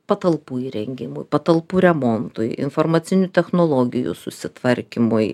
patalpų įrengimu patalpų remontui informacinių technologijų susitvarkymui